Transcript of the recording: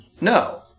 No